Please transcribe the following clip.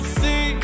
see